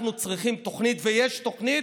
אנחנו צריכים תוכנית, ויש תוכנית,